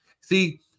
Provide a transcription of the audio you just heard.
See